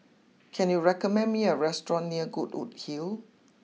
can you recommend me a restaurant near Goodwood Hill